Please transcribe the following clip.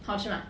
好吃吗